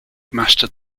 mastered